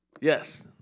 Yes